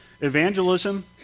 evangelism